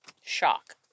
shock